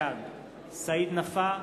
בעד סעיד נפאע,